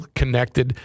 connected